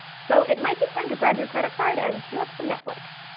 so it might be time to grab your credit card and cue up some netflix.